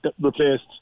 replaced